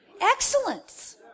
Excellence